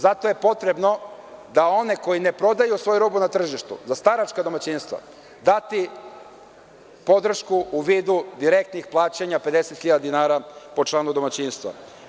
Zato je potrebno da one koji ne prodaju svoju robu na tržištu za staračka domaćinstva dati podršku u vidu direktnih plaćanja od 50 hiljada dinara po članu domaćinstva.